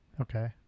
Okay